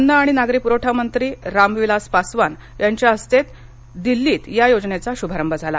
अन्न आणि नागरी पुरवठामंत्री रामविलास पासवान यांच्या हस्ते दिल्लीत या योजनेचा शुभारंभ झाला